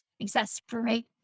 exasperate